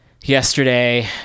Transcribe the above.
yesterday